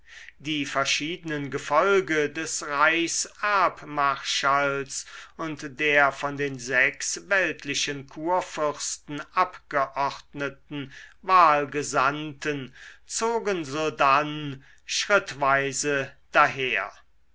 die verschiedenen gefolge des reichserbmarschalls und der von den sechs weltlichen kurfürsten abgeordneten wahlgesandten zogen sodann schrittweise daher